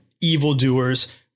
evildoers